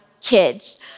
kids